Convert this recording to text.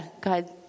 God